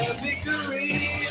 victory